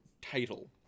title